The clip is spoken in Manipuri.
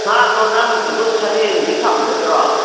ꯉꯥꯗꯣ ꯅꯪꯒꯤꯗꯨꯕꯨ ꯁꯔꯦꯡꯗꯤ ꯐꯪꯒꯗ꯭ꯔꯣ